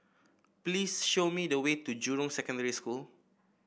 please show me the way to Jurong Secondary School